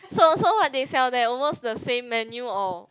so so what they sell there almost the same menu or